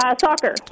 soccer